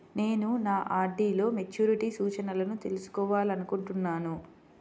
నేను నా ఆర్.డీ లో మెచ్యూరిటీ సూచనలను తెలుసుకోవాలనుకుంటున్నాను